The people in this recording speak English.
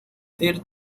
third